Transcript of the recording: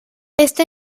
este